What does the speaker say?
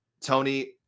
Tony